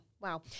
Wow